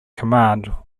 command